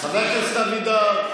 אבידר,